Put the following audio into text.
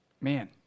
man